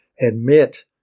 admit